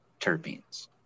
terpenes